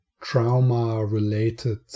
trauma-related